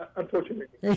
unfortunately